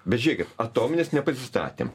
bet žiūrėkit atominės nepasistatėm